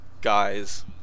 guys